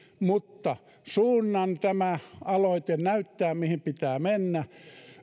mutta suunnan tämä aloite näyttää mihin pitää mennä